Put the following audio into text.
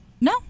no